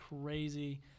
crazy